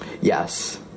yes